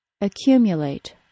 Accumulate